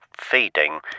Feeding